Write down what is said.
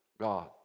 God